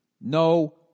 No